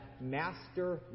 master